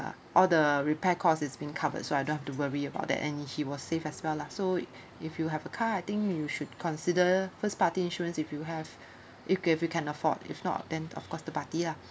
all the repair costs it's been covered so I don't have to worry about that and he was safe as well lah so if you have a car I think you should consider first party insurance if you have if if you can afford if not then of course third party lah